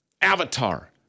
avatar